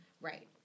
Right